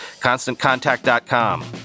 ConstantContact.com